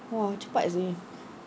!wah! cepat seh